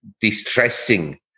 distressing